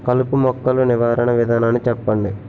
కలుపు మొక్కలు నివారణ విధానాన్ని చెప్పండి?